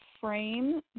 frame